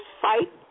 fight